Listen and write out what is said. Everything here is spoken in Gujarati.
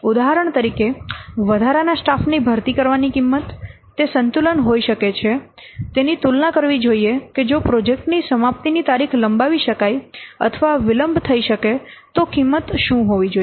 ઉદાહરણ તરીકે વધારાના સ્ટાફની ભરતી કરવાની કિંમત તે સંતુલન હોઈ શકે છે તેની તુલના કરવી જોઈએ કે જો પ્રોજેક્ટની સમાપ્તિની તારીખ લંબાવી શકાય અથવા વિલંબ થઈ શકે તો કિંમત શું હોવી જોઈએ